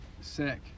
sick